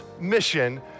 mission